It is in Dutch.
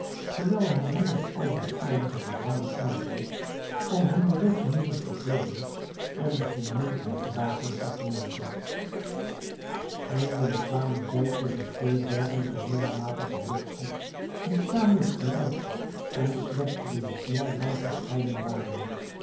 terwijl hij hem met allerlei aardige verhalen onderhield om hem den weg minder vervelend en de vermoeidheid dragelijker te maken eindelijk kwamen zij tusschen twee bergen van middelmatige hoogte die tamelijk gelijk en slechts door een smal dal gescheiden waren